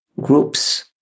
groups